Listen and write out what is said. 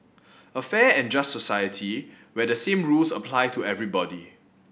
a fair and just society where the same rules apply to everybody